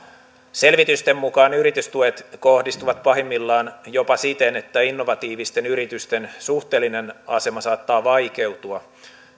selvitysten mukaan yritystuet kohdistuvat pahimmillaan jopa siten että innovatiivisten yritysten suhteellinen asema saattaa vaikeutua